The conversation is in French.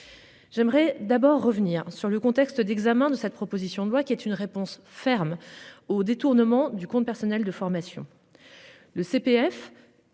J'aimerais d'abord revenir sur le contexte d'examen de cette proposition de loi qui est une réponse ferme au détournement du compte personnel de formation. Le CPF